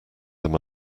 them